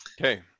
Okay